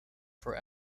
for